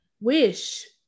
Wish